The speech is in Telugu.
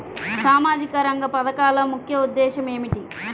సామాజిక రంగ పథకాల ముఖ్య ఉద్దేశం ఏమిటీ?